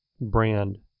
brand